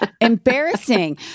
embarrassing